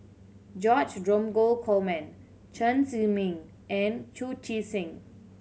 George Dromgold Coleman Chen Zhiming and Chu Chee Seng